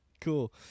cool